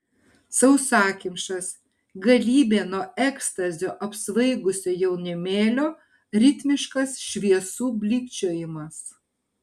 sausakimšas galybė nuo ekstazio apsvaigusio jaunimėlio ritmiškas šviesų blykčiojimas